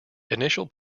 initial